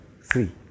three